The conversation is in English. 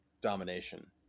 domination